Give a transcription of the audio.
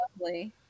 lovely